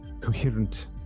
Coherent